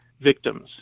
victims